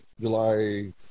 July